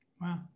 Wow